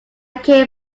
care